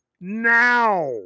now